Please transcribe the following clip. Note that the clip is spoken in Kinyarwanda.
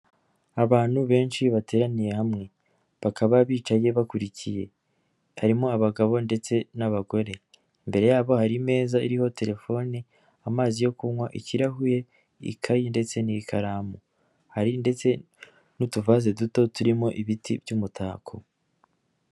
Abantu benshi bateraniye hamwe; bakaba bicaye bakurikiye harimo abagabo ndetse n'abagore, imbere yabo hari meza iriho telefone amazi yo kunywa ikirahuri ikayi ndetse n'ikaramu hari ndetse n'utuvaze duto turimo ibiti by'umutako.